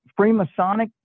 freemasonic